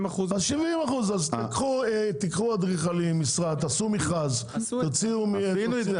קחו משרד אדריכלים, תעשו מרכז --- עשינו את זה.